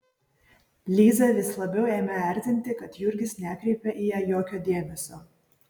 lizą vis labiau ėmė erzinti kad jurgis nekreipia į ją jokio dėmesio